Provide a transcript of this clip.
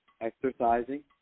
exercising